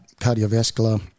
cardiovascular